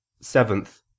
seventh